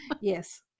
Yes